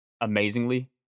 amazingly